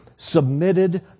Submitted